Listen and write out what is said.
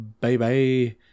bye-bye